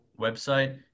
website